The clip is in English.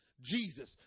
Jesus